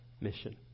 mission